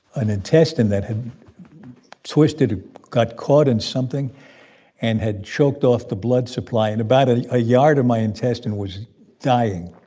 an intestine that had twisted got caught in something and had choked off the blood supply. and about a yard of my intestine was dying.